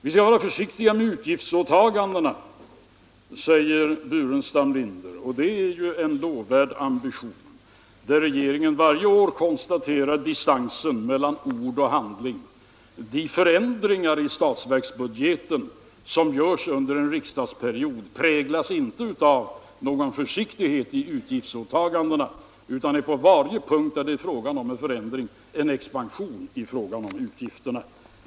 Vi skall vara försiktiga med utgiftsåtagandena, säger herr Burenstam Linder, och det är ju en lovvärd argumentation, men regeringen konstaterar varje år distansen mellan ord och handling. De förändringar i statsbudgeten som föreslås under en riksdagsperiod präglas inte av någon försiktighet i utgiftsåtagandena, utan det är på varje sådan punkt fråga om en expansion av utgifterna.